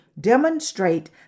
demonstrate